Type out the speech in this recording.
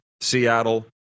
Seattle